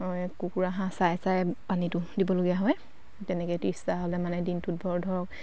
হয় কুকুৰা হাঁহ চাই চাই পানীটো দিবলগীয়া হয় তেনেকৈ ত্ৰিছটা হ'লে মানে দিনটোত বৰ ধৰক